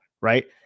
right